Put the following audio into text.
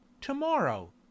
to-morrow